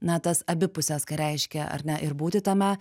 na tas abi puses ką reiškia ar ne ir būti tame